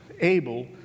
able